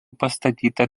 pastatyta